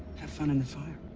have fun in the fire.